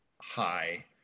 high